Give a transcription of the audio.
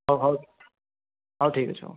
ହଉ ହଉ ଠିକ୍ ଅଛି ହଉ